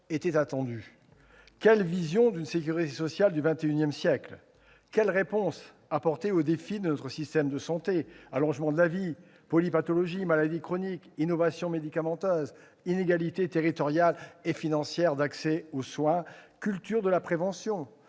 était attendu. Quelle vision d'une sécurité sociale du XXI siècle ? Quelles réponses apportées aux défis de notre système de santé : allongement de la vie, polypathologies, maladies chroniques, innovations médicamenteuses, inégalités territoriales et financières d'accès aux soins, culture de la prévention-